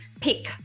pick